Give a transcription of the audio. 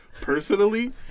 Personally